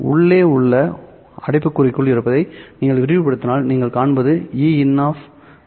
உள்ளே உள்ள அடைப்புக்குறிக்குள் இருப்பதை நீங்கள் விரிவுபடுத்தினால் நீங்கள் காண்பது Eincos